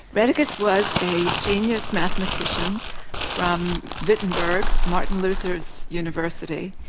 rheticus was a genius mathematician from wittenberg, martin luther's university,